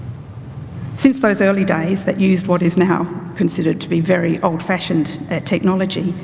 since those early days that used what is now considered to be very old fashioned technology,